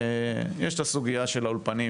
יש הסוגיה של האולפנים,